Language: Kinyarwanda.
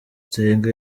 nsenga